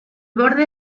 borde